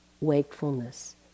wakefulness